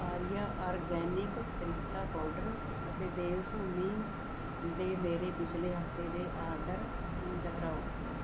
Arya organic triphala powder ਅਤੇ ਦੇਵਭੂਮੀ ਦੇ ਮੇਰੇ ਪਿਛਲੇ ਹਫਤੇ ਦੇ ਆਡਰ ਨੂੰ ਦੁਹਰਾਓ